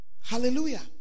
hallelujah